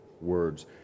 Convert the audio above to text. words